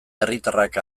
herritarrak